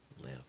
live